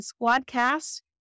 Squadcast